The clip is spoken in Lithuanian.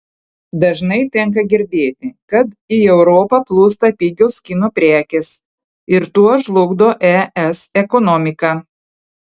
dažnai tenka girdėti kad į europą plūsta pigios kinų prekės ir tuo žlugdo es ekonomiką